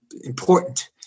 important